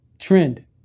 trend